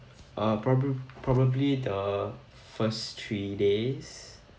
uh probab~ probably the first three days